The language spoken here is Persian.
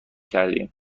کردیم